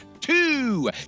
two